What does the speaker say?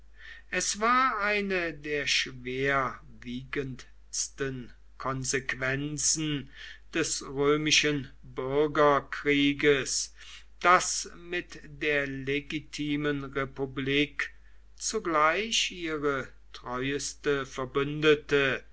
es war eine der schwerwiegendsten konsequenzen des römischen bürgerkrieges daß mit der legitimen republik zugleich ihre treueste verbündete